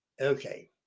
okay